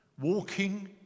Walking